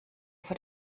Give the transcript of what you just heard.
vor